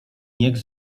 niech